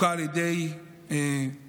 הוכה על ידי פורעים,